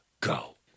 go